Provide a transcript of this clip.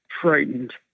frightened